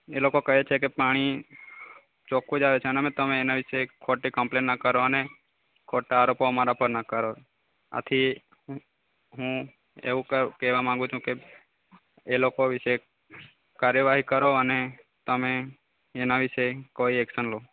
એ લોકો કહે છે કે પાણી ચોખ્ખું જ આવે છે અને તમે એના વિશે ખોટી કમ્પલેન ન કરો અને ખોટા આરોપો અમારા ઉપર ન કરો આથી હું એવું કવ કહેવા માગું છું કે એ લોકો વિશે કાર્યવાહી કરો અને તમે એના વિશે કોઈ એક્શન લો